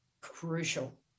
crucial